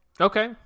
Okay